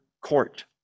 court